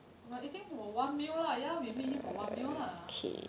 while eating for one meal lah ya we meet him for one meal lah